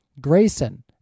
Grayson